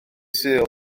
sul